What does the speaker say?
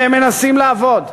והם מנסים לעבוד.